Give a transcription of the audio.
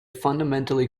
fundamentally